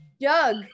Doug